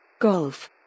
Golf